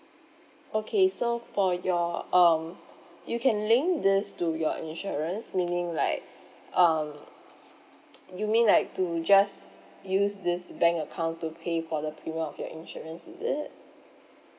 okay so for your um you can link this to your insurance meaning like um you mean like to just use this bank account to pay for the premium of your insurance is it